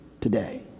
today